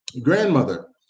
grandmother